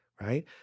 right